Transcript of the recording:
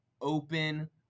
open